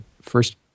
first